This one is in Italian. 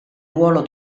ruolo